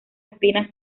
espinas